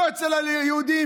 לא אצל היהודים,